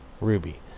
Ruby